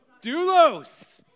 Doulos